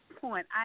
point